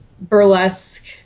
burlesque